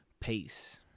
Peace